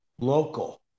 local